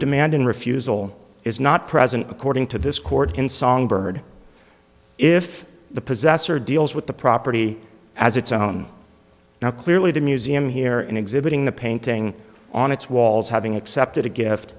demanding refusal is not present according to this court in songbird if the possessor deals with the property as its own now clearly the museum here in exhibiting the painting on its walls having accepted a gift